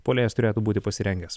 puolėjas turėtų būti pasirengęs